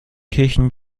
kirchen